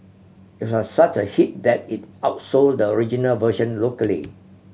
it was such a hit that it outsold the original version locally